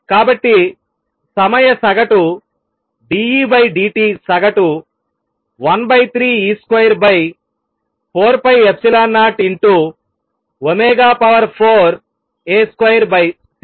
కాబట్టి సమయ సగటు d E d t సగటు 13 e2 4ε0ω4 A2 C3 గా వస్తుంది